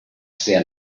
sehr